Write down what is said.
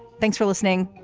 thanks for listening.